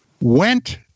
went